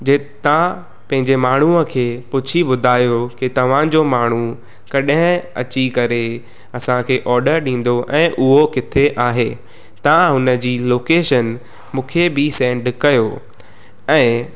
जे तव्हां पंहिंजे माण्हूअ खे पुछी ॿुधायो की तव्हांजो माण्हू कॾहिं अची करे असांखे ऑडर ॾींदो ऐं उहो किथे आहे तव्हां हुन जी लोकेशन मूंखे बि सैंड कयो ऐं